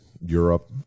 europe